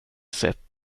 sett